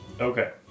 Okay